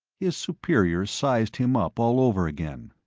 his superior sized him up, all over again.